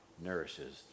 nourishes